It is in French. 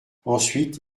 ensuite